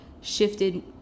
shifted